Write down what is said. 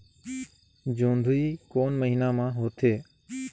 जोंदरी कोन महीना म होथे?